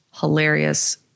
hilarious